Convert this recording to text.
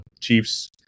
Chiefs